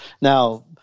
Now